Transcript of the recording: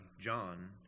John